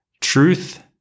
truth